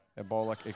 Ebola